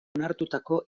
onartutako